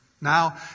now